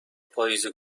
پاییز